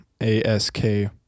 A-S-K